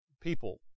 people